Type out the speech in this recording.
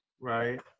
Right